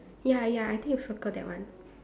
ya ya I think you circle that one